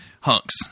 hunks